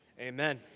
Amen